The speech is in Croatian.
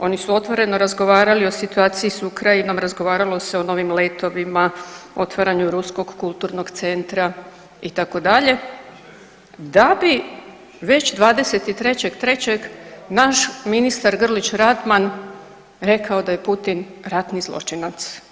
Oni su otvoreno razgovarali o situaciji s Ukrajinom, razgovaralo se o novim letovima, otvaranju ruskog kulturnog centra itd., da bi već 23.3. naš ministar Grlić Radman rekao da je Putin ratni zločinac.